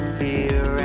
fear